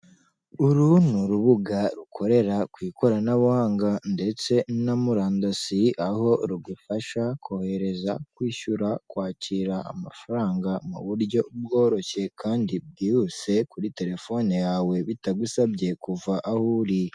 Uru ni urubuga rukorera ku ikoranabuhanga ndetse na murandosiye, aho rugufasha kohereza, kwishyura, kwakira amafaranga, mu buryo bworoshye kandi bwihuse, kuri telefone yawe bitagusabye kuva aho uri.